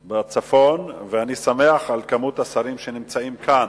בצפון, ואני שמח על מספר השרים שנמצאים כאן,